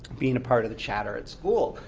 being a part of the chatter at school.